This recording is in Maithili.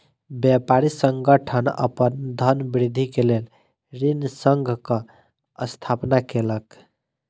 व्यापारी संगठन अपन धनवृद्धि के लेल ऋण संघक स्थापना केलक